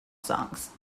songs